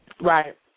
Right